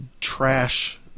trash